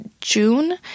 June